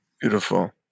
Beautiful